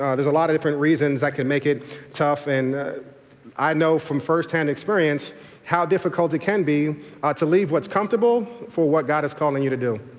ah there's a lot of different reasons that can make it tough. and i know from firsthand experience how difficult it can be ah to leave what's comfortable for what god is calling you to do.